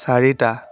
চাৰিটা